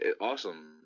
awesome